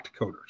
coders